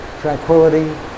tranquility